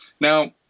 Now